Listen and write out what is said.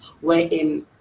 wherein